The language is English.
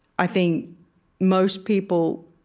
i think most people,